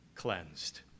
Cleansed